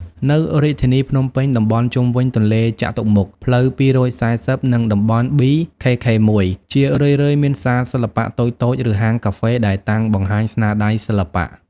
នៅរាជធានីភ្នំពេញ តំបន់ជុំវិញទន្លេចតុមុខ ផ្លូវ២៤០ និងតំបន់ ប៊ី ខេខេ១ ជារឿយៗមានសាលសិល្បៈតូចៗ ឬហាងកាហ្វេដែលតាំងបង្ហាញស្នាដៃសិល្បៈ។